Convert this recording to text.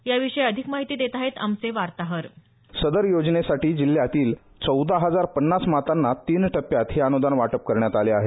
याविषयी अधिक माहिती देत आहेत आमचे वार्ताहर सदर योजनेसाठी जिल्ह्यातील चौदा हजार पन्नास मातांना तीन टक्के अनुदान वाटप करण्यात आले आहे